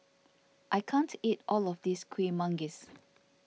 I can't eat all of this Kueh Manggis